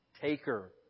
Taker